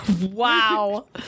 Wow